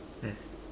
yes